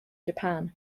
japan